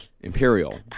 Imperial